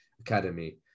academy